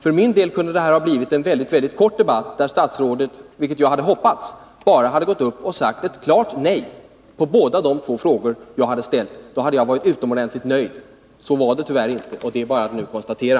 För min del kunde detta ha blivit en mycket kort debatt, där statsrådet bara — vilket jag hade hoppats — hade gått upp och svarat ett klart nej på båda de frågor jag har ställt. Då hade jag blivit utomordentligt nöjd. Så blev det inte, och det har jag nu bara att konstatera.